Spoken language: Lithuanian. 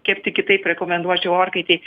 kepti kitaip rekomenduočiau orkaitėj